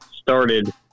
started